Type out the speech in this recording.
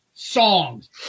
Songs